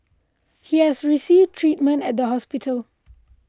he has received treatment at the hospital